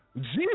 Jesus